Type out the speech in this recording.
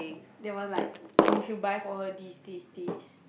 they want like we should buy for her this this this